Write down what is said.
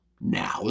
now